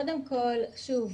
קודם כל שוב,